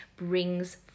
brings